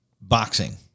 boxing